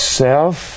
self